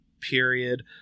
period